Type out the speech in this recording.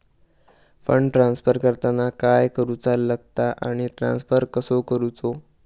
Fund transfer करताना काय करुचा लगता आनी ट्रान्स्फर कसो करूचो?